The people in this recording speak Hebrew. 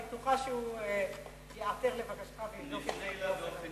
אני בטוחה שהוא ייעתר לבקשתך באופן ישיר.